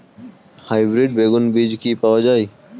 Hybrid বেগুন বীজ কি পাওয়া য়ায়?